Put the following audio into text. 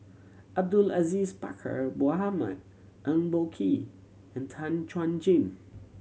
Abdul Aziz Pakkeer Mohamed Eng Boh Kee and Tan Chuan Jin